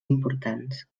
importants